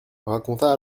raconta